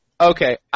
Okay